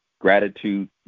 gratitude